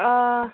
ꯑꯥ